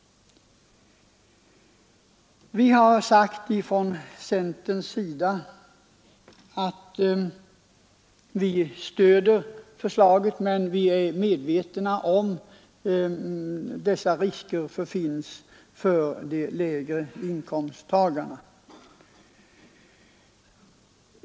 Vi har från centerns sida sagt att vi stöder förslaget, men vi är medvetna om de risker som finns för de lägre inkomsttagarna.